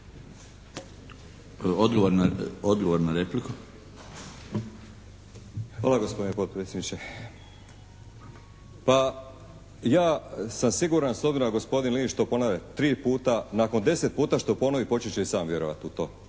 Odgovor na repliku. **Markovinović, Krunoslav (HDZ)** Pa, ja sam siguran s obzirom da gospodin Linić to ponavlja tri puta, nakon deset puta što ponovi počet će i sam vjerovati u to,